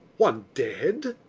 one dead,